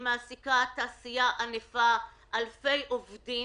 היא מעסיקה תעשייה ענפה של אלפי עובדים,